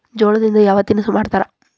ಜೋಳದಿಂದ ಯಾವ ತಿನಸು ಮಾಡತಾರ?